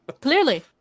Clearly